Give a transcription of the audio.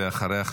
ואחריה,